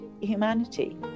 humanity